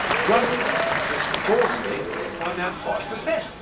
grunting increased the ball speed by about five percent.